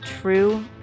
true